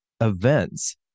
events